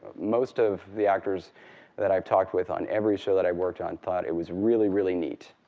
most of the actors that i've talked with on every show that i worked on thought it was really, really neat,